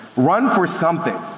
run for something.